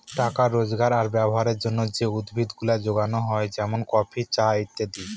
টাকা রোজগার আর ব্যবহারের জন্যে যে উদ্ভিদ গুলা যোগানো হয় যেমন কফি, চা ইত্যাদি